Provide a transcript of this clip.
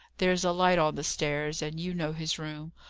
there's a light on the stairs, and you know his room.